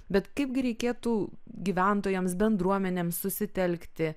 bet kaipgi reikėtų gyventojams bendruomenėms susitelkti